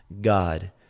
God